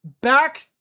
back